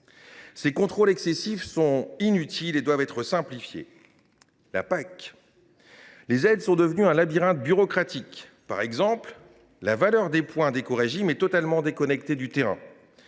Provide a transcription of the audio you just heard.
Ces contrôles excessifs sont inutiles et doivent être simplifiés. Même remarque sur la PAC : les aides sont devenues un labyrinthe bureaucratique. Par exemple, la valeur des points d’écorégime est totalement déconnectée du terrain.